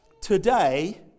Today